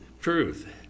truth